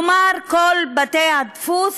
כלומר, כל בתי-הדפוס,